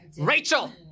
Rachel